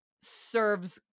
serves